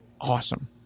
awesome